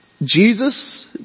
Jesus